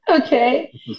okay